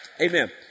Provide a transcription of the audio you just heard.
Amen